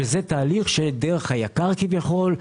שזה תהליך דרך היקר כביכול,